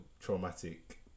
traumatic